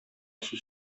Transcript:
сүз